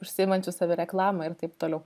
užsiimančiu savireklama ir taip toliau